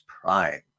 Prime